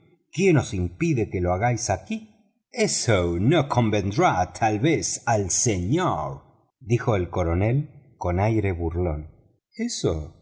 quién os impide que lo hagáis aquí eso no convendrá tal vez al señor dijo el coronel proctor con aire burlón eso